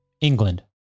England